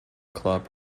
club